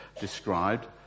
described